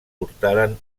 portaren